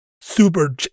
super